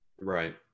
right